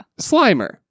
Slimer